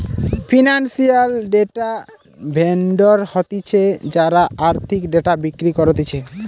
financial data vendor হতিছে যারা আর্থিক ডেটা বিক্রি করতিছে